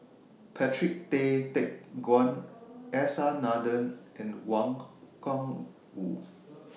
Patrick Tay Teck Guan S R Nathan and Wang Gungwu